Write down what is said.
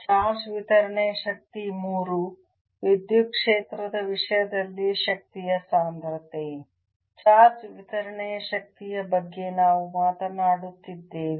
charge ವಿತರಣೆಯ ಶಕ್ತಿ 3 ವಿದ್ಯುತ್ ಕ್ಷೇತ್ರದ ವಿಷಯದಲ್ಲಿ ಶಕ್ತಿಯ ಸಾಂದ್ರತೆ ಚಾರ್ಜ್ ವಿತರಣೆಯ ಶಕ್ತಿಯ ಬಗ್ಗೆ ನಾವು ಮಾತನಾಡುತ್ತಿದ್ದೇವೆ